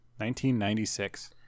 1996